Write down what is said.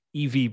EV